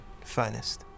finest